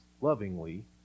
lovingly